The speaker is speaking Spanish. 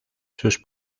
sus